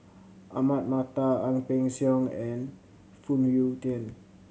Ahmad Mattar Ang Peng Siong and Phoon Yew Tien